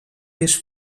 més